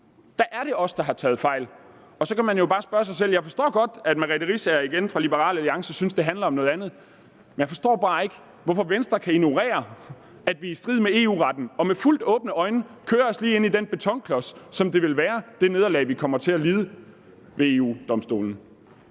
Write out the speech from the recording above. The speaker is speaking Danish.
der er det os, der har taget fejl. Jeg forstår godt, at fru Merete Riisager fra Liberal Alliance synes, at det handler om noget andet, men jeg forstår bare ikke, hvorfor Venstre kan ignorere, at vi i strid med EU-retten og med fuldt åbne øjne kører os lige ind i den betonklods, som det nederlag, vi kommer til at lide ved EU-Domstolen,